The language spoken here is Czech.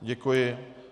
Děkuji.